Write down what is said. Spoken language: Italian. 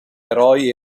eroi